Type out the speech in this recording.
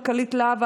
מנכ"לית לה"ב,